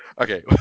Okay